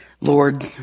Lord